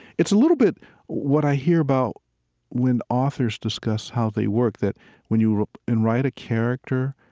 it's a little bit what i hear about when authors discuss how they work, that when you and write a character,